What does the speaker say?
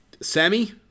Sammy